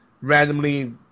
randomly